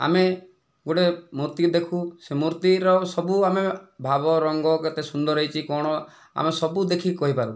ଆମେ ଗୋଟିଏ ମୂର୍ତ୍ତିକୁ ଦେଖୁ ସେ ମୂର୍ତ୍ତିର ସବୁ ଆମେ ଭାବ ରଙ୍ଗ କେତେ ସୁନ୍ଦର ହୋଇଛି କ'ଣ ଆମେ ସବୁ ଦେଖିକି କହିପାରୁ